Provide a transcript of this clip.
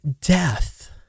death